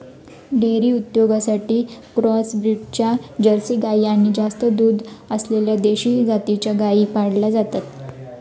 dairy उद्योगासाठी cross ब्रीडच्या Jersey गाई आणि जास्त दूध असलेल्या देशी जातीच्या गायी पाळल्या जातात